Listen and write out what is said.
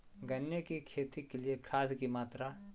गन्ने की खेती के लिए खाद की मात्रा?